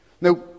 Now